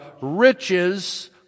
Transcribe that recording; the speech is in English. riches